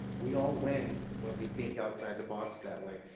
we all win, when we think outside the box that way.